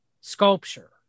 sculpture